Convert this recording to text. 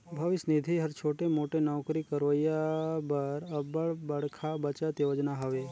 भविस निधि हर छोटे मोटे नउकरी करोइया बर अब्बड़ बड़खा बचत योजना हवे